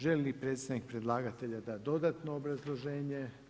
Želi li predstavnik predlagatelja dati dodatno obrazloženje?